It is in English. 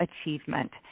achievement